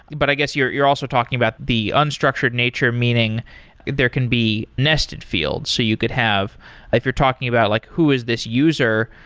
but i guess you're you're also talking about the unstructured nature, meaning there can be nested fields. so you could have if you're talking about like who is this user,